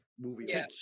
movie